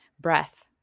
breath